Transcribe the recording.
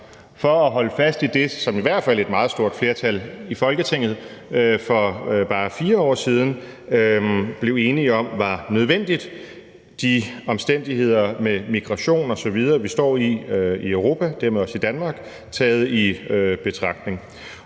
for at holde fast i det, som i hvert fald et meget stort flertal i Folketinget for bare 4 år siden blev enige om var nødvendigt, de omstændigheder med migration osv., som vi står i i Europa og dermed også i Danmark, taget i betragtning.